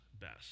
best